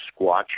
squatch